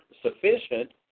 sufficient